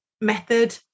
method